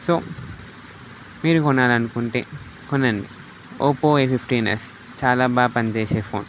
so మీరు కొనాలనుకుంటే కొనండి ఒప్పో ఏ ఫిఫ్టీన్ యస్ చాలా బా పనిచేసే ఫోన్